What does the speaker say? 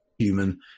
human